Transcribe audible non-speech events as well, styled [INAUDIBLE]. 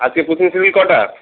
আজকে [UNINTELLIGIBLE] কটা